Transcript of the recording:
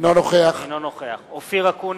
אינו נוכח אופיר אקוניס,